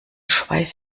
schweif